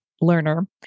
learner